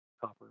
copper